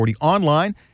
Online